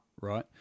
right